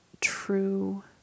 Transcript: true